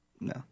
No